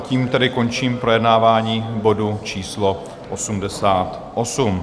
Tím tedy končím projednávání bodu číslo 88.